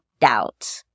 doubt